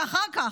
ואחר כך,